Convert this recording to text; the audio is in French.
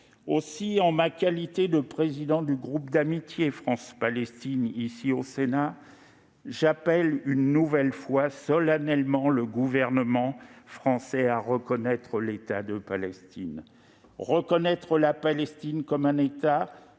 Aussi, en ma qualité de président du groupe d'amitié France-Palestine de notre Haute Assemblée, j'appelle une nouvelle fois solennellement le gouvernement français à reconnaître l'État de Palestine. Reconnaître la Palestine comme un État,